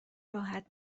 راحت